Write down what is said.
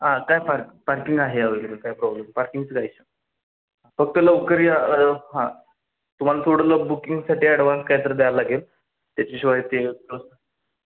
हां काय park parking आहे अवेलेबल काय प्रॉब्लेम पार्किंगचं नो इश्यू फक्त लवकर या हां तुम्हाला थोडं ल बुकिंगसाठी ॲडव्हान्स काहीतर द्यायला लागेल त्याच्याशिवाय ते